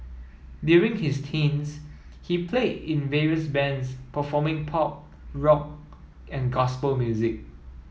during his teens he played in various bands performing pop rock and gospel music